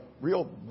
real